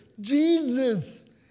Jesus